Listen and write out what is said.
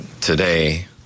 today